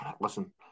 listen